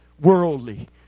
Worldly